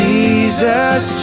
Jesus